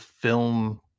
film